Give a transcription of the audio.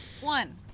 one